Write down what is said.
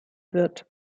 wird